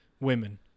women